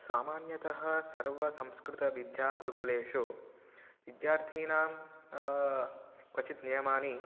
सामान्यतः सर्वसंस्कृतविद्यागुरुकुलेषु विद्यार्थिनां क्वचित् नियमाः